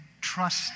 trust